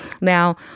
now